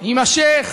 יימשך,